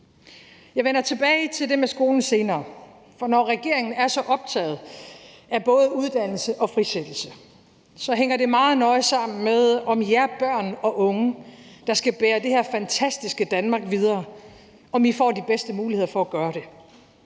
Jeg vender tilbage til det med skolen senere, for når regeringen er så optaget af både uddannelse og frisættelse, hænger det meget nøje sammen med, om I børn og unge, der skal bære det her fantastiske Danmark videre, får de bedste muligheder for at gøre det,